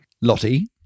Lottie